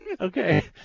okay